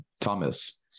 Thomas